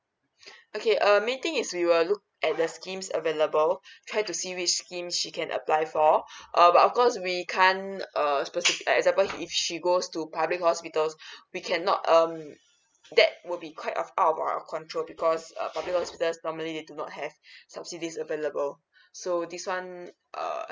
okay err meeting is we will look at the schemes available try to see which scheme she can apply for err but of course we can't err specifically like example if she goes to public hospitals we cannot um that will be quite of out of our control because uh public hospitals normally they do not have subsidies available so this one err